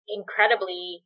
incredibly